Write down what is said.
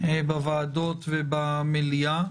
בוועדות ובמליאה,